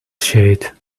shade